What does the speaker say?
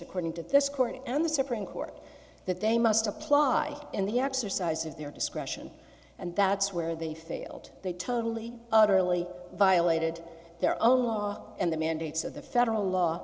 according to this court and the supreme court that they must apply in the exercise of their discretion and that's where they failed they totally utterly violated their own law and the mandates of the federal law